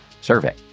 survey